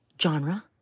genre